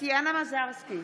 טטיאנה מזרסקי,